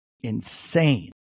insane